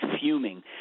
fuming